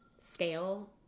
scale